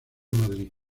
madrid